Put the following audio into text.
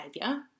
behavior